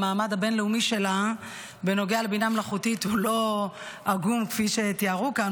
המעמד הבין-לאומי שלה בנוגע לבינה מלאכותית הוא לא עגום כפי שתיארו כאן,